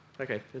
Okay